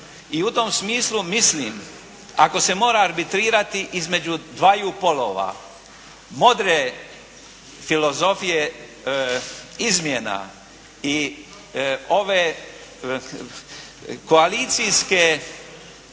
i u tom smislu mislim ako se mora arbitrirati između dvaju polova modre filozofije izmjena i ove koalicijske